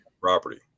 Property